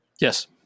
Yes